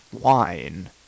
wine